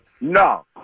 No